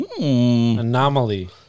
Anomaly